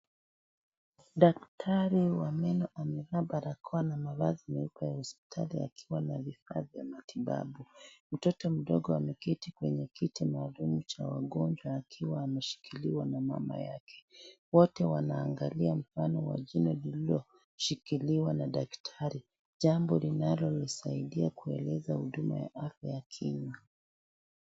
Daktari wa meno amevaa barakoa na mavazi meupe ya hospitali akiwa na vifaa vya matibabu. Mtoto mdogo ameketi kwenye kiti maalum cha wagonjwa akiwa ameshikiliwa na mama yake. Wote wanaangalia mfano wa jino lililoshikiliwa na daktari, jambo linalosaidia kueleza huduma ya afya ya kinywa.